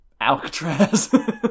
Alcatraz